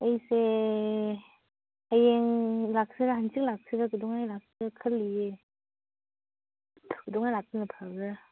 ꯑꯩꯁꯦ ꯍꯌꯦꯡ ꯂꯥꯛꯁꯤꯔꯥ ꯍꯪꯆꯤꯠ ꯂꯥꯛꯁꯤꯔꯥ ꯀꯩꯗꯧꯉꯩ ꯂꯥꯛꯁꯤꯔꯥ ꯈꯜꯂꯤꯌꯦ ꯀꯩꯗꯧꯉꯩ ꯂꯥꯛꯇꯣꯏꯅꯣ ꯈꯪꯗꯦ